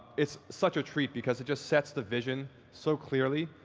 it's such a treat, because it just sets the vision so clearly.